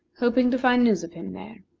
hoping to find news of him there.